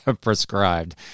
prescribed